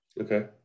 Okay